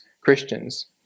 Christians